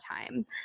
time